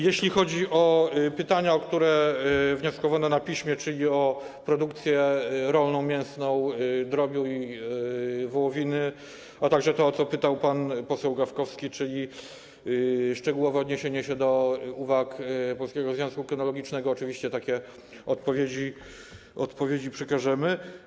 Jeśli chodzi o pytania, o które wnioskowano na piśmie, czyli o produkcję rolną, mięsną, drobiu i wołowiny, a także to, o co pytał pan poseł Gawkowski, czyli szczegółowe odniesienie się do uwag Polskiego Związku Kynologicznego, to oczywiście takie odpowiedzi przekażemy.